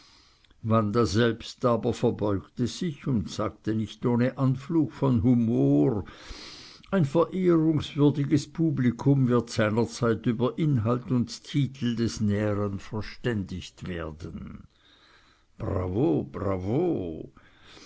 wanda selbst aber verbeugte sich und sagte nicht ohne anflug von humor ein verehrungswürdiges publikum wird seinerzeit über inhalt und titel des näheren verständigt werden bravo bravo